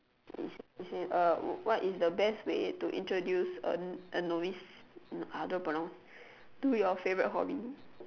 it say it say uh what is the best way to introduce a n~ novice I don't know how to pronounce to your favorite hobby